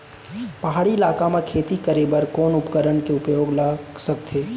पहाड़ी इलाका म खेती करें बर कोन उपकरण के उपयोग ल सकथे?